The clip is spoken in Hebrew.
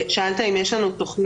שאלת אם יש לנו תוכנית?